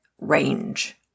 range